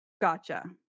gotcha